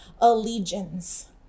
allegiance